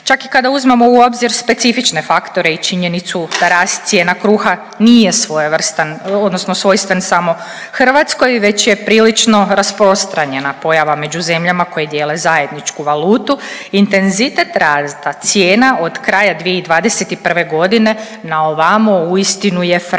Čak i kada uzmemo u obzir specifične faktore i činjenicu da rast cijena kruha nije svojevrstan, odnosno svojstven samo Hrvatskoj, već je prilično rasprostranjena pojava među zemljama koje dijele zajedničku valutu, intenzitet rasta cijena od kraja 2021. g. naovamo uistinu je frapantan.